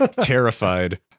terrified